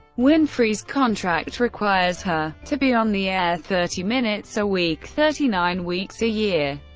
winfrey's contract requires her to be on the air thirty minutes a week, thirty nine weeks a year.